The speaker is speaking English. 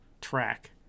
track